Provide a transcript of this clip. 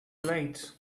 late